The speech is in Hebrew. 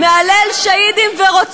חבר הכנסת טיבי, תודה רבה.